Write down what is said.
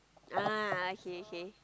ah okay okay